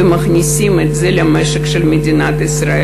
מכניסים את זה למשק של מדינת ישראל.